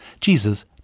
Jesus